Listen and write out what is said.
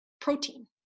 protein